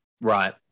Right